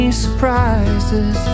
surprises